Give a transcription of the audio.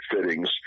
fittings